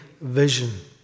vision